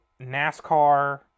NASCAR